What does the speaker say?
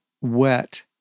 wet